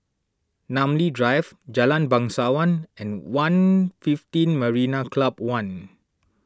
Namly Drive Jalan Bangsawan and one fifteen Marina Club one